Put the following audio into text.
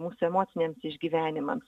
mūsų emociniams išgyvenimams